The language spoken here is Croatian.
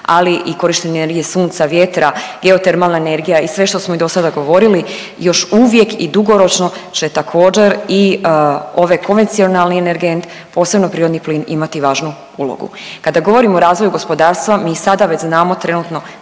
ali i korištenje energije sunca, vjetra, geotermalna energija i sve što smo i dosada govorili još uvijek i dugoročno će također i ovaj konvencionalni energent posebno prirodni plin imati važnu ulogu. Kada govorimo o razvoju gospodarstva mi sada već znamo trenutno